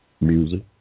music